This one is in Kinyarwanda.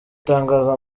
itangaza